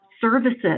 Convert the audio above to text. services